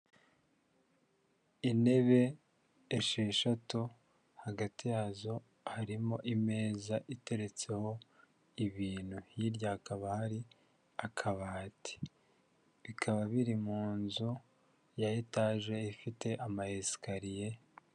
Intebe esheshatu, hagati yazo harimo imeza iteretseho ibintu, hirya hakaba hari akabati, bikaba biri mu nzu ya etaje ifite amayesikariye.